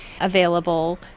available